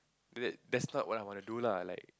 that that's not what I want to do lah like